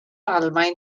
almaen